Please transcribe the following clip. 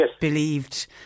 believed